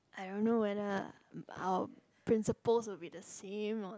I don't know whether our principals will be the same or